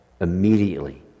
immediately